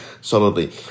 solidly